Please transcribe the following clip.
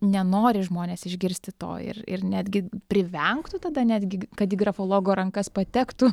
nenori žmonės išgirsti to ir ir netgi privengtų tada netgi kad į grafologo rankas patektų